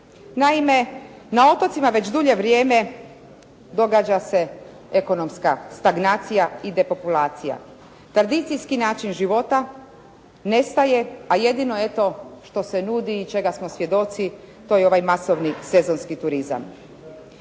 Naime, na otocima već dulje vrijeme događa se ekonomska stagnacija i depopulacija. Tradicijski način života nestaje, a jedino eto što se nudi i čega smo svjedoci to je ovaj masovni sezonski turizam.